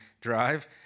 drive